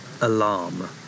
alarm